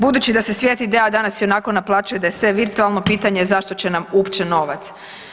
Budući da se svijet ideja danas ionako naplaćuje, da je sve virtualno pitanje je zašto će nam uopće novac.